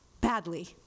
badly